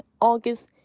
August